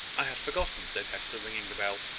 i had forgotten, said hester, ringing the bell.